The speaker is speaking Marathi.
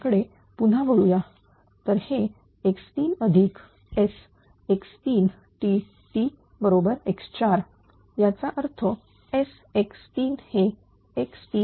कडे पुन्हा वळूया तर हे x3 Sx3 Tt x4 याचा अर्थ Sx3 हे x3